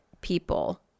people